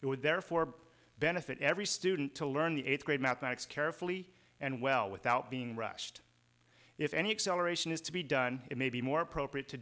it would therefore benefit every student to learn the eighth grade mathematics carefully and well without being rushed if any acceleration is to be done it may be more appropriate to